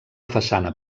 façana